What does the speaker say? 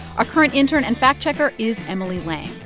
our current intern and fact-checker is emily lang.